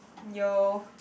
yo